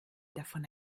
davon